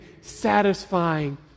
satisfying